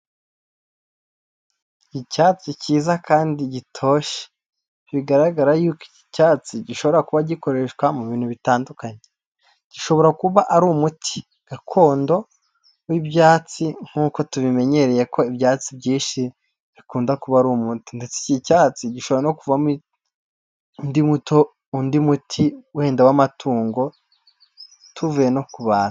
Icyatsi cyiza kandi gitoshye bigaragara yuko iki cyatsi gishobora kuba gikoreshwa mu bintu bitandukanye, gishobora kuba ari umuti gakondo w'ibyatsi nk'uko tubimenyereye ko ibyatsi byinshi bikunda kuba ari umuti ndetse iki cyatsi gishobora no kuvamo undi muti wenda w'amatungo tuvuye no kubantu.